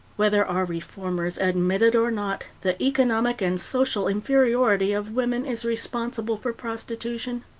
whether our reformers admit it or not, the economic and social inferiority of woman is responsible for prostitution.